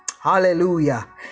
Hallelujah